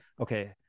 Okay